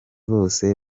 bose